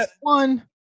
one